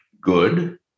good